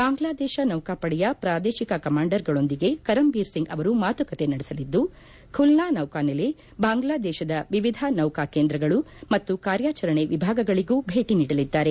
ಬಾಂಗ್ಲಾದೇಶ ನೌಕಾಪಡೆಯ ಪ್ರಾದೇಶಿಕ ಕಮಾಂಡರ್ಗಳೊಂದಿಗೆ ಕರಮ್ ಬೀರ್ ಸಿಂಗ್ ಅವರು ಮಾತುಕತೆ ನಡೆಸಲಿದ್ದು ಖುಲ್ನಾ ನೌಕಾನೆಲೆ ಬಾಂಗ್ಲಾದೇಶದ ವಿವಿಧ ನೌಕಾ ಕೇಂದ್ರಗಳು ಮತ್ತು ಕಾರ್ಯಾಚರಣೆ ವಿಭಾಗಗಳಿಗೂ ಭೇಟಿ ನೀಡಲಿದ್ದಾರೆ